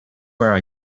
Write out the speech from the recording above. where